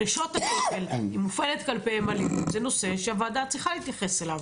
אם מופנית אלימות נגד נשות הכותל זה נושא שהוועדה צריכה להתייחס אליו,